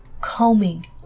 combing